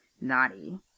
naughty